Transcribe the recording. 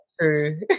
true